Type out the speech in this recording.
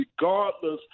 regardless